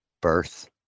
birth